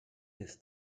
des